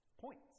points